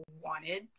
wanted